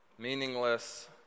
Meaningless